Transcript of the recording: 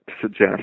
suggest